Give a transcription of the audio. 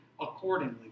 accordingly